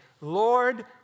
Lord